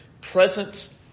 presence